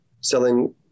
selling